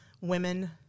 women